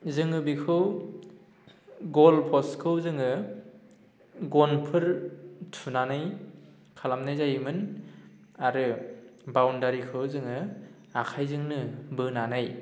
जोङो बेखौ गल पस्टखौ जोङो गनफोर थुनानै खालामनाय जायोमोन आरो बाउण्डारिखौ जोङो आखाइजोंनो बोनानै